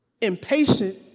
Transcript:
impatient